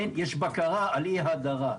יש בקרה על אי הדרה.